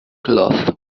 cloth